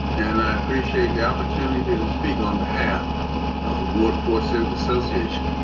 and i appreciate the opportunity to speak on behalf of award for civic association.